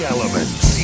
Elements